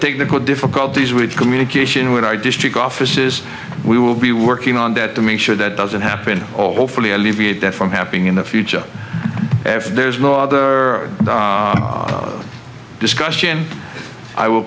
technical difficulties we had communication with our district offices we will be working on that to make sure that doesn't happen all hopefully alleviate that from happening in the future if there is no other discussion i will